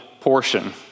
portion